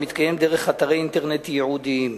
המתקיים דרך אתרי אינטרנט ייעודיים.